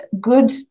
good